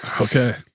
okay